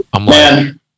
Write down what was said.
Man